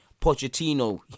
Pochettino